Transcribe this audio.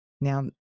Now